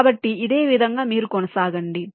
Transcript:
కాబట్టి ఇదే విధంగా మీరు కొనసాగండి